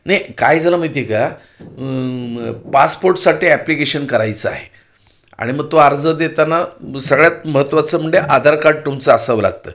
नाही काय झालं माहिती आहे का पासपोर्टसाठी ॲप्लिकेशन करायचं आहे आणि मग तो अर्ज देताना सगळ्यात महत्वाचं म्हणजे आधार कार्ड तुमचं असावं लागतं